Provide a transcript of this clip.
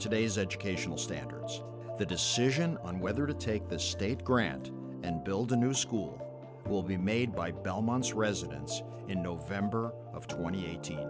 today's educational standards the decision on whether to take the state grant and build a new school will be made by belmont's residents in november of twenty